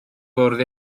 fwrdd